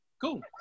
Cool